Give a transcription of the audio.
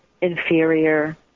inferior